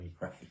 right